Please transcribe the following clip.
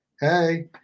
hey